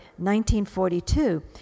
1942